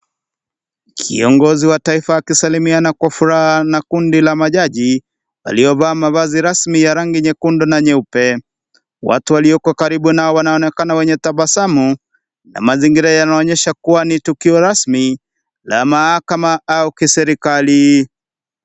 Kiongozi wa taifa akisalimiana kwa furaha na kundi la majaji, waliovaa mavazi rasmi ya rangi nyekundu na nyeupe. Watu walioko karibu nao wanaonekana wenye tabasamu .Na mazingira yanaonyesha kuwa ni tukio rasmi la mahakama au kiserikali.